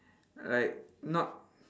like not